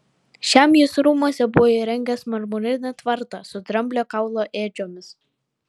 šiam jis rūmuose buvo įrengęs marmurinį tvartą su dramblio kaulo ėdžiomis